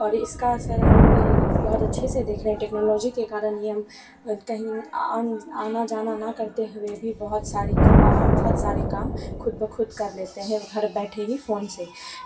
और इसका असर हम बहुत अच्छे से देख रहे टेक्नोलॉजी के कारण ही हम कहीं आना जाना ना करते हुए भी बहुत सारी बहुत सारे काम खुद ब खुद कर लेते हैं घर बैठे ही फ़ोन से